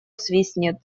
свистнет